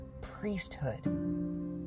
priesthood